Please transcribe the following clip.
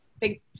Big